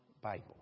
Bible